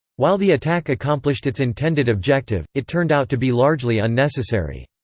while the attack accomplished its intended objective, it turned out to be largely unnecessary.